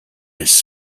his